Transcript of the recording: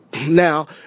now